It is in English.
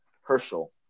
Herschel